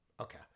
Okay